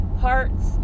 parts